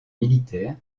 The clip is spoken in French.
militaire